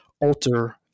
alter